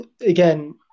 Again